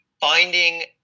finding